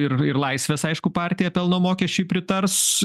ir ir laisvės aišku partija pelno mokesčiui pritars